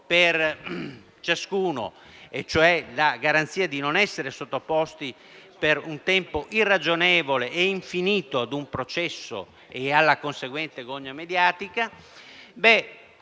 per ciascuno di non essere sottoposto, per un tempo irragionevole ed infinito, ad un processo e alla conseguente gogna mediatica.